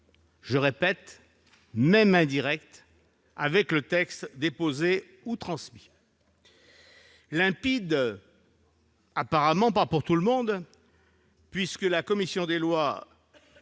cette expression -, avec le texte déposé ou transmis. » Limpide ? Apparemment pas pour tout le monde, puisque la commission des lois,